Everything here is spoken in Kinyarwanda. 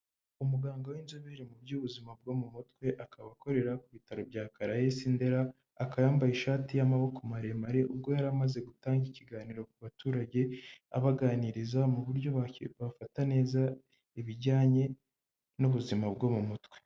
Umuganga w'inzobere mu by'ubuzima bwo mu mutwe akaba akorera ku bitaro bya Karayesi Ndera, akaba yambaye ishati y'amaboko maremare ubwo yari amaze gutanga ikiganiro ku baturage abaganiriza mu buryo bafata neza ibijyanye n'ubuzima bwo mu mutwe.